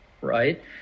right